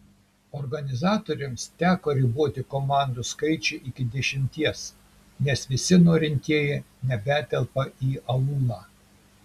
organizatoriams teko riboti komandų skaičių iki dešimties nes visi norintieji nebetelpa į aulą